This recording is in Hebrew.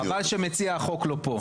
חבל שמציע החוק לא פה.